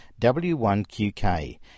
W1QK